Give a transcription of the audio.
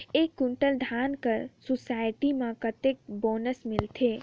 एक कुंटल धान कर सोसायटी मे कतेक बोनस मिलथे?